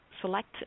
select